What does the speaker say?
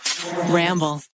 Ramble